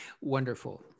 wonderful